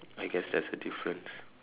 I guess that's the difference